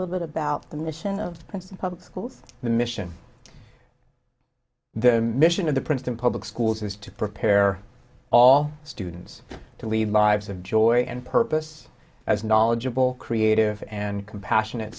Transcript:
little bit about the mission of public schools the mission the mission of the princeton public schools is to prepare all students to leave lives of joy and purpose as knowledgeable creative and compassionate